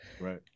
Right